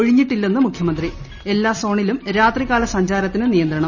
ഒഴിഞ്ഞിട്ടില്ലെന്ന് മുഖ്യമന്ത്രി എല്ലാ സോണിലും രാത്രികാല സഞ്ചാരത്തിന് നിയന്ത്രണം